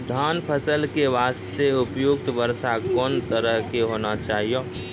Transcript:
धान फसल के बास्ते उपयुक्त वर्षा कोन तरह के होना चाहियो?